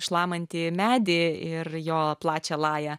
šlamantį medį ir jo plačią lają